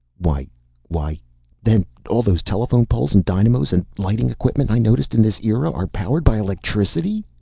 why why then all those telephone poles and dynamos and lighting-equipment i noticed in this era are powered by electricity!